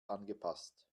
angepasst